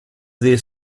there